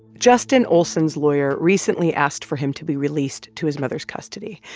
justin olsen's lawyer recently asked for him to be released to his mother's custody,